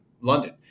London